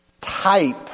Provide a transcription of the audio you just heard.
type